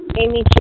Amy